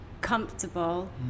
comfortable